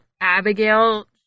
Abigail